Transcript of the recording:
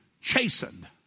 chastened